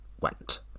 went